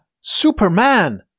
Superman